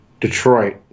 Detroit